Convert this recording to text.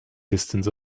distance